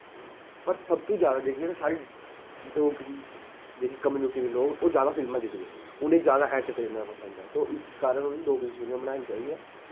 पर सबतू जादा जेह्की ऐ न साढ़ी डोगरी जेह्की कमुनिटी दे लोक ओह् जादा फिल्मां दिखदे उ'नें जादा ऐन्टरटेनंमैंट पसंद ऐ तो इस कारन उ'नें डोगरी च फिल्मां बनानी चाहिदियां